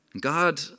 God